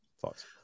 thoughts